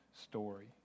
story